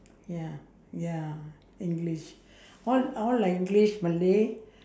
ya ya english all all like english ealay